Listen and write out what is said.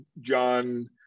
john